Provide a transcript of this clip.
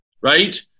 right